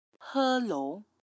Hello